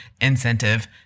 incentive